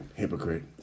Hypocrite